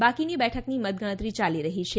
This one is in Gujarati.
બાકીની બેઠકની મતગણતરી યાલી રહી છે